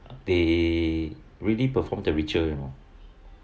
they really perform the ritual you know